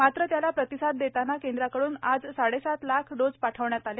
मात्र त्याला प्रतिसाद देताना केंद्राकडून आज साडेसात लाख डोज पाठविण्यात आले